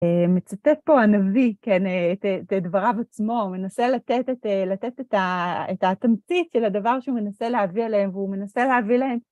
מצטט פה הנביא את דבריו עצמו, מנסה לתת את התמצית של הדבר שהוא מנסה להביא עליהם, והוא מנסה להביא להם...